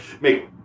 make